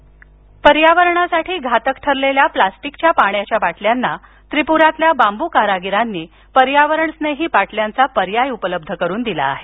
बांबच्या बाटल्या पर्यावरणासाठी घातक ठरलेल्या प्लास्टिकच्या पाण्याच्या बाटल्यांना त्रिपुरातल्या बांबू कारागिरांनी पर्यावरण स्नेही बाटल्यांचा पर्याय उपलब्ध करून दिला आहे